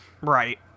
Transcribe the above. Right